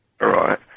Right